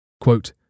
Quote